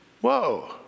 whoa